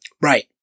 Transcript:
Right